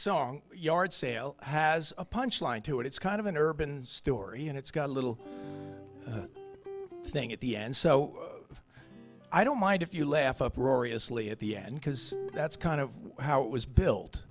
song yardsale has a punch line to it it's kind of an urban story and it's got a little thing at the end so i don't mind if you laugh uproariously at the end because that's kind of how it was built